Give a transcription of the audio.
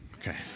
Okay